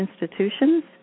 institutions